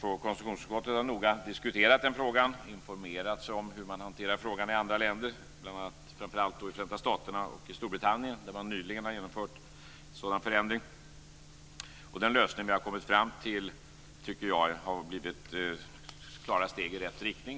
Konstitutionsutskottet har noga diskuterat frågan och informerat sig om hur man i andra länder hanterar frågan, framför allt i Förenta staterna och Storbritannien där en sådan här förändring nyligen har genomförts. Den lösning som vi kommit fram till tycker jag helt klart är ett steg i rätt riktning.